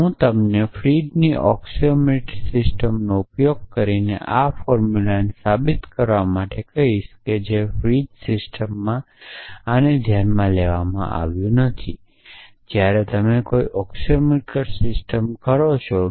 હું તમને ફ્રીજની અક્સિઓમેટિક સિસ્ટમોનો ઉપયોગ કરીને આ ફોર્મુલાને સાબિત કરવા માટે કહીશ કે ફ્રીજ સિસ્ટમમાં આને ધ્યાનમાં લેવામાં આવ્યું નથી જ્યારે તમે કોઈ ઑક્સિઓમરીકરણ સિસ્ટમ કહો છો